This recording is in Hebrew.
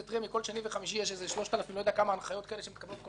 כל שני וחמישי יש 3,000 הנחיות שמתקבלות כל יומיים,